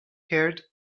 heard